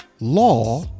law